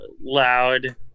loud